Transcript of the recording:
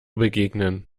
begegnen